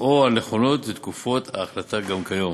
או על נכונות ותקפות ההחלטה גם כיום.